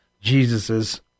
Jesus's